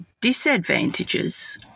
disadvantages